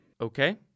Okay